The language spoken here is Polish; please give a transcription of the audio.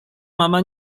mama